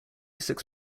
six